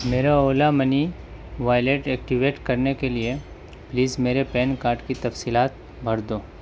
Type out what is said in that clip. میرا Ola money wallet activate کرنے کے لیے پلیز میرے پین کارڈ کی تفصیلات بھر دو